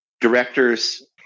directors